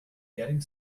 getting